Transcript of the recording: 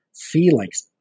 feelings